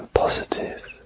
Positive